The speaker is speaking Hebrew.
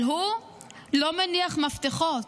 אבל הוא לא מניח מפתחות.